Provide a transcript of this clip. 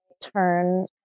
turn